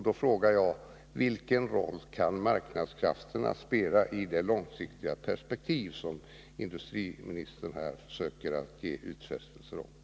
Då frågar jag: Vilken roll kan marknadskrafterna spela i det långsiktiga perspektiv som industriministern här försöker ge utfästelser om?